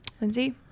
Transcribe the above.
Lindsay